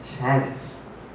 chance